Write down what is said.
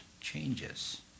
changes